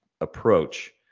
approach